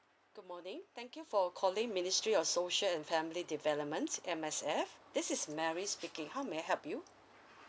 good morning thank you for calling ministry of social and family development M_S_F this is mary speaking how may I help you